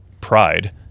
pride